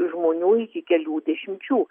žmonių iki kelių dešimčių